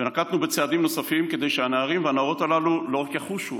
נקטנו צעדים נוספים כדי שהנערים והנערות הללו לא רק יחושו,